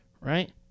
right